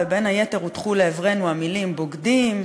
ובין היתר הוטחו לעברנו המילים בוגדים,